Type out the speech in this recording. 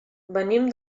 venim